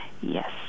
yes